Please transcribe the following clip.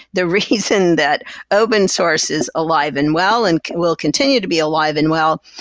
the reason that open source is alive and well and will continue to be alive and well,